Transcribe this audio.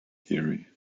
theory